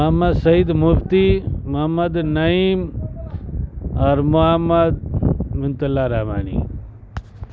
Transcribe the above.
محمد سعید مفتی محمد نعیم اور محمد منت اللہ رحمانی